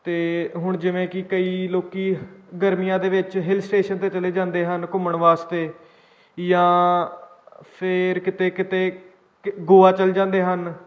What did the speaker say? ਅਤੇ ਹੁਣ ਜਿਵੇਂ ਕਿ ਕਈ ਲੋਕ ਗਰਮੀਆਂ ਦੇ ਵਿੱਚ ਹਿਲ ਸਟੇਸ਼ਨ 'ਤੇ ਚਲੇ ਜਾਂਦੇ ਹਨ ਘੁੰਮਣ ਵਾਸਤੇ ਜਾਂ ਫਿਰ ਕਿਤੇ ਕਿਤੇ ਕਿ ਗੋਆ ਚਲ ਜਾਂਦੇ ਹਨ